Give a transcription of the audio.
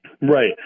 Right